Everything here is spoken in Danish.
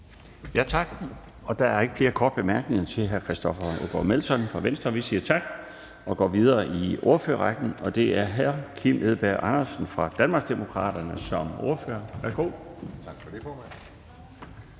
Tak. Der er ikke flere korte bemærkninger til hr. Christoffer Aagaard Melson fra Venstre, så vi siger tak. Vi går videre i ordførerrækken, og det er hr. Kim Edberg Andersen fra Danmarksdemokraterne som ordfører. Værsgo. Kl.